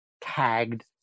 tagged